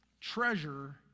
treasure